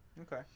okay